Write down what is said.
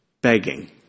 begging